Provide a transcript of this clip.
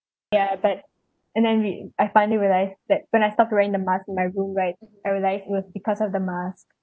ya but and then we I finally realised that when I stopped wearing my mask in my room right I realised it was because of the mask